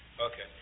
Okay